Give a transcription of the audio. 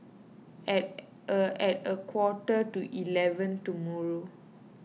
at a at a quarter to eleven tomorrow